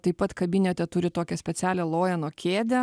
taip pat kabinete turi tokią specialią loeno kėdę